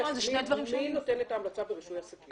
מי נותן את ההמלצה ברישוי עסקים?